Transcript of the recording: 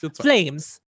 Flames